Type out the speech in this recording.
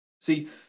See